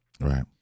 Right